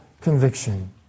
conviction